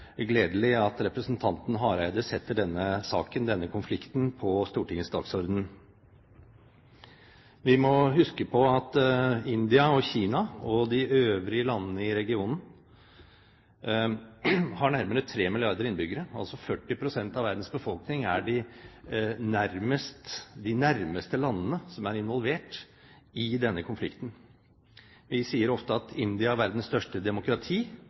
gledelig at representanten Hareide setter denne saken, denne konflikten, på Stortingets dagsorden. Vi må huske på at India og Kina og de øvrige landene i regionen har nærmere 3 milliarder innbyggere, altså 40 pst. av verdens befolkning. Det er de nærmeste landene som er involvert i denne konflikten. Vi sier ofte at India er verdens største demokrati.